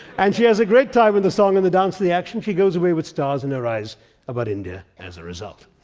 and she has a great time in the song and the dance and the action. she goes away with stars in her eyes about india, as a result.